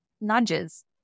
nudges